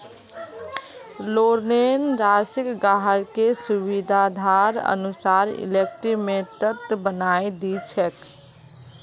लोनेर राशिक ग्राहकेर सुविधार अनुसार इंस्टॉल्मेंटत बनई दी छेक